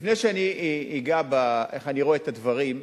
לפני שאני אגע באיך שאני רואה את הדברים,